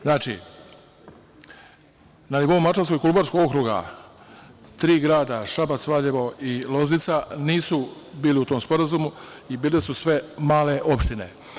Znači, na nivou Mačvansko-Kolubarskog okruga tri grada, Šabac, Valjevo i Loznica nisu bili u tom sporazumu i bile su sve male opštine.